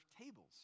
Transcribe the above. tables